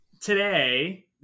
today